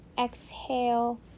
Exhale